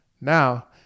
Now